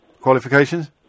Qualifications